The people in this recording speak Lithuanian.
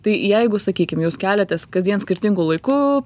tai jeigu sakykim jūs keliatės kasdien skirtingu laiku